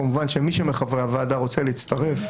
כמובן שמי שמחברי הוועדה רוצה להצטרף,